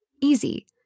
Easy